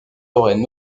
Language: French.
auraient